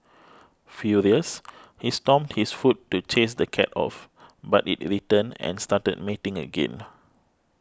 furious he stomped his foot to chase the cat off but it returned and started mating again